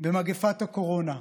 במגפת הקורונה,